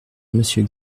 monsieur